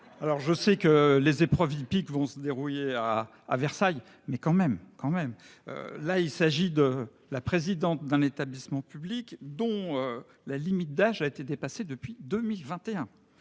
Alors je sais que les épreuves hippiques vont se débrouiller à à Versailles, mais quand même quand même. Là il s'agit de la présidente d'un établissement public dont la limite d'âge a été dépassé depuis 2021